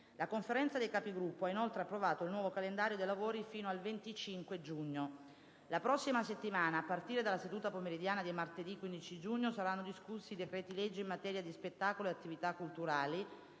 La Conferenza dei Capigruppo ha inoltre approvato il nuovo calendario dei lavori dell'Assemblea fino al 25 giugno. La prossima settimana, a partire dalla seduta pomeridiana di martedì 15 giugno, saranno discussi i decreti-legge in materia di spettacolo e attività culturali,